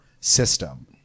system